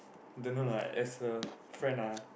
don't know lah as a friend ah